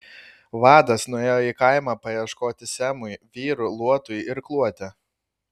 vadas nuėjo į kaimą paieškoti semui vyrų luotui irkluoti